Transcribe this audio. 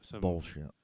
Bullshit